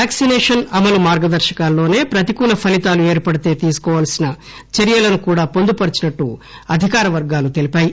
vaccination అమలు మార్గదర్శకాల్లోనే ప్రతికూల ఫలితాలు ఏర్పడితే తీసుకోవల్పిన చర్యలను కూడా వొందుపరిచినట్టు అధికార వర్గాలు తెలిపాయి